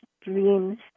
dreams